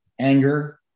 anger